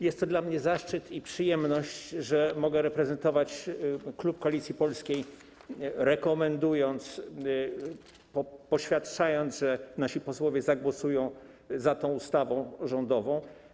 Jest to dla mnie zaszczyt i przyjemność, że mogę reprezentować klub Koalicji Polskiej, rekomendując, poświadczając, że nasi posłowie zagłosują za tą ustawą rządową.